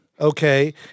Okay